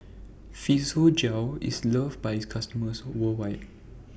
Physiogel IS loved By its customers worldwide